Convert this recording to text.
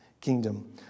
kingdom